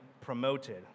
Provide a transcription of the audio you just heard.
promoted